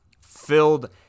filled